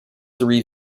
three